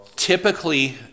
Typically